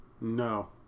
No